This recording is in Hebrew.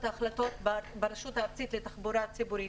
ההחלטות ברשות הארצית לתחבורה ציבורית.